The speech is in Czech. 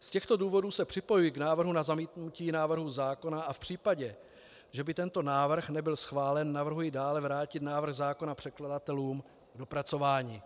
Z těchto důvodů se připojuji k návrhu na zamítnutí návrhu zákona a v případě, že by tento návrh nebyl schválen, navrhuji dále vrátit návrh zákona předkladatelům k dopracování.